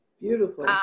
Beautiful